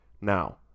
Now